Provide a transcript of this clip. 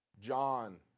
John